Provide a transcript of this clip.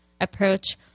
approach